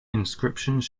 inscriptions